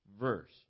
verse